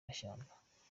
mashyamba